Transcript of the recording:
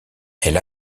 elle